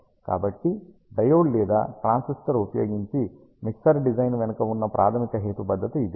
కాబట్టి డయోడ్ లేదా ట్రాన్సిస్టర్ ఉపయోగించి మిక్సర్ డిజైన్ వెనుక ఉన్న ప్రాథమిక హేతుబద్ధత ఇదే